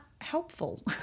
helpful